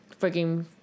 freaking